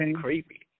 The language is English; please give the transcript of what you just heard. creepy